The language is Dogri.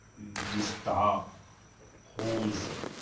Vista Holmes